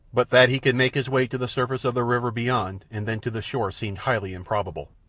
but that he could make his way to the surface of the river beyond and then to the shore seemed highly improbable.